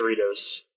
Doritos